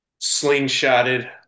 slingshotted